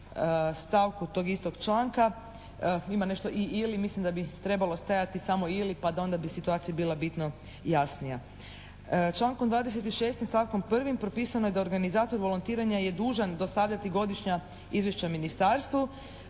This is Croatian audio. stavku tog istog članka ima nešto i, ili mislim da bi trebalo stajati samo ili pa da onda bi situacija bila bitno jasnija. Člankom 26. stavkom 1. propisano je da organizator volontiranja je dužan dostavljati godišnja izvješća ministarstvu.